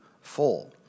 full